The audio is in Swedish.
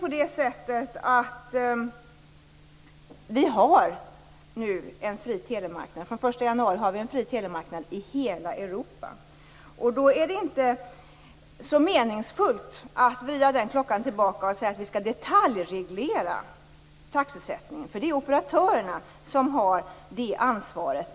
Från den 1 januari har vi en fri telemarknad i hela Europa. Då är det inte så meningsfullt att vrida klockan tillbaka och säga att vi skall detaljreglera taxesättningen. Det är operatörerna som har det ansvaret.